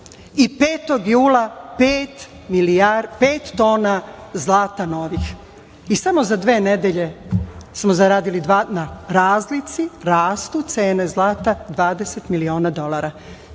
i 5. jula pet tona zlata novih? I samo za dve nedelje smo zaradili na razlici, rastu cene zlata, 20 miliona dolara.